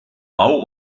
bau